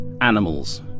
animals